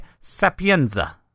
Sapienza